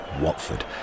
Watford